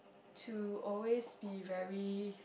to always be very